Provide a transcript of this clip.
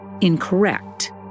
incorrect